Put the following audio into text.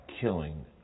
killing